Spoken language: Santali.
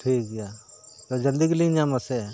ᱴᱷᱤᱠ ᱜᱮᱭᱟ ᱛᱚ ᱡᱚᱞᱫᱤ ᱜᱮᱞᱤᱧ ᱧᱟᱢᱟ ᱥᱮ